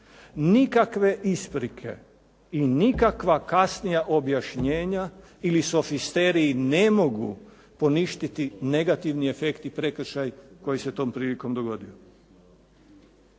Nikakve isprike i nikakva kasnija objašnjenja ili sofisterij ne mogu poništiti negativni efekti i prekršaj koji se tom prilikom dogodio.